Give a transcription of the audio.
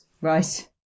Right